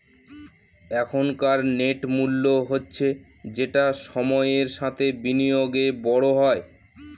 এখনকার নেট মূল্য হচ্ছে যেটা সময়ের সাথে বিনিয়োগে বড় হয়